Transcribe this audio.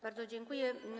Bardzo dziękuję.